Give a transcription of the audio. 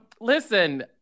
listen